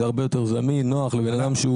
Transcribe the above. זה הרבה יותר זמין ונוח לבן אדם שהוא